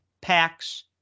packs